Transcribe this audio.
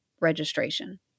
registration